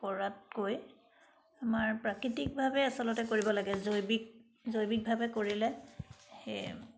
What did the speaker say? কৰাতকৈ আমাৰ প্ৰাকৃতিকভাৱে আচলতে কৰিব লাগে জৈৱিক জৈৱিকভাৱে কৰিলে সেই